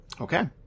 Okay